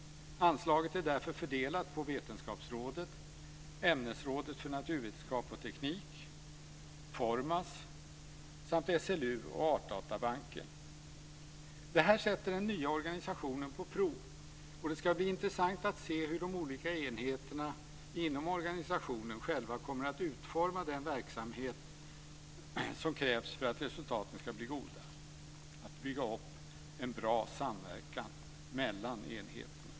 Anslaget är därför fördelat på Vetenskapsrådet, Ämnesrådet för naturvetenskap och teknik, Formas, SLU och Artdatabanken. Det här sätter den nya organisationen på prov, och det ska bli intressant att se hur de olika enheterna inom organisationen själva kommer att utforma den verksamhet som krävs för att resultaten ska bli goda och att bygga upp en bra samverkan mellan enheterna.